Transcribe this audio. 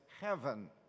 heaven